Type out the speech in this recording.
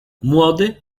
młody